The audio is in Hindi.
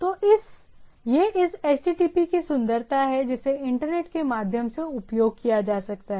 तो यह इस HTTP की सुंदरता है जिसे इंटरनेट के माध्यम से उपयोग किया जा सकता है